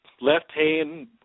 left-hand